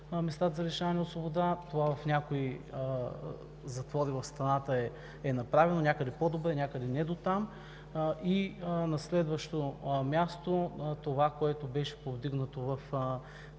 местата за лишаване от свобода. Това в някои затвори в страната е направено – някъде по-добре, някъде не дотам. И на следващо място, това, което беше повдигнато в